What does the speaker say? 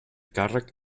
càrrec